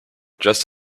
just